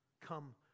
Come